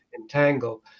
entangled